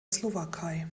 slowakei